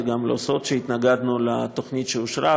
זה גם לא סוד שהתנגדנו לתוכנית שאושרה,